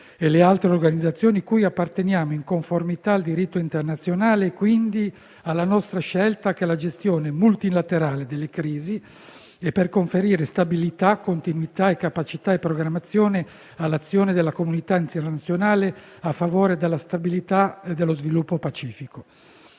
e sulle altre organizzazioni cui apparteniamo in conformità al diritto internazionale e, quindi, alla nostra scelta per una gestione multilaterale delle crisi e per conferire stabilità, continuità, capacità e programmazione all'azione della comunità internazionale a favore della stabilità e dello sviluppo pacifico.